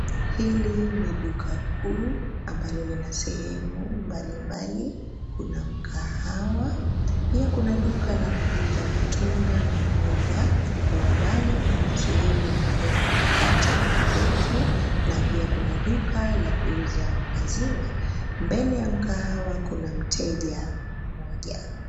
Hili ni duka kuu ambalo lina sehemu mbalimbali, kuna mkahawa, pia kuna duka la kuuza matunda na mboga. Kwa umbali kuna sehemu ya kuoka mikate na keki. Na pia kuna duka la kuuza maziwa. Mbele ya mkahawa kuna mteja mmoja.